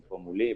הם פה מולי,